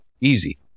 Easy